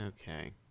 okay